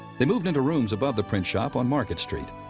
they moved into rooms above the print shop on market street.